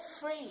free